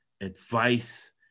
advice